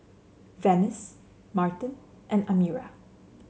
Venice Martin and Amira